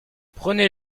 prenez